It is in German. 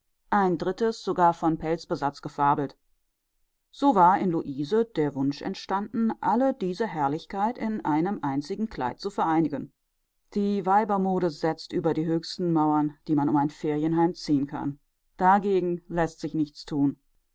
ein drittes sogar von pelzbesatz gefabelt so war in luise der wunsch entstanden alle diese herrlichkeit in einem einzigen kleid zu vereinigen die weibermode setzt über die höchsten mauern die man um ein ferienheim ziehen kann dagegen läßt sich nichts tun